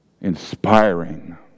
inspiring